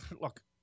Look